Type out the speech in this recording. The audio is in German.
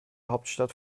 hauptstadt